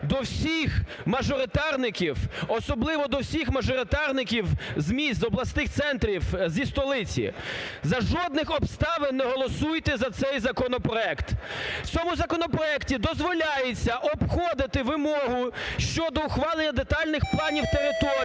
до всіх мажоритарників, особливо до всіх мажоритарників з міст, з обласних центрів, зі столиці. За жодних обставин не голосуйте за цей законопроект! В цьому законопроекті дозволяється обходити вимогу щодо ухвалення детальних планів територій